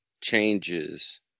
changes